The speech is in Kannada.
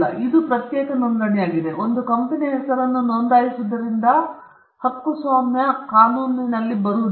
ಇದು ಒಂದು ಪ್ರತ್ಯೇಕ ನೋಂದಣಿಯಾಗಿದೆ ಒಂದು ಕಂಪನಿಯ ಹೆಸರನ್ನು ನೋಂದಾಯಿಸುವುದರಿಂದ ಹಕ್ಕುಸ್ವಾಮ್ಯ ಕಾನೂನಿನಲ್ಲಿ ಬರುವುದಿಲ್ಲ